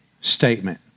statement